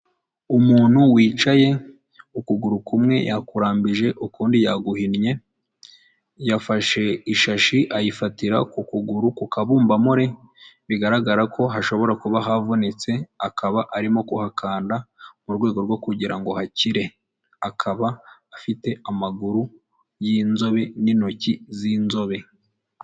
Umuntu wicaye ukuguru kumwe yakurambije, ukundi yaguhinnye, yafashe ishashi ayifatira ku kuguru ku kabumbamore bigaragara ko hashobora kuba havunitse, akaba arimo kuhakanda mu rwego rwo kugira ngo hakire, akaba afite amaguru y'inzobe n'intoki z'inzobe.